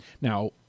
Now